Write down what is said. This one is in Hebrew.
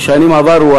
בשנים עברו,